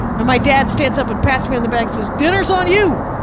and my dad stands up and pats me on the back, so dinner's on you!